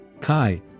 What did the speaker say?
Kai